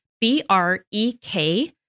B-R-E-K